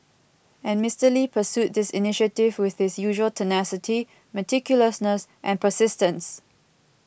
and Mister Lee pursued this initiative with his usual tenacity meticulousness and persistence